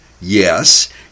yes